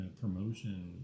promotion